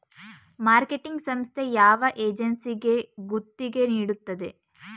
Marketing ಸಂಸ್ಥೆ ಯಾವ ಏಜೆನ್ಸಿಗೆ ಗುತ್ತಿಗೆ ನೀಡುತ್ತದೆ?